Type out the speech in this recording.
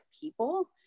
people